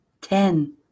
ten